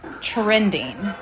trending